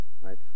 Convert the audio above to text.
right